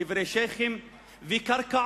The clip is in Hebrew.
קברי שיח'ים וקרקעות.